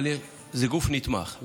אבל זה גוף נתמך,